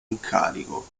incarico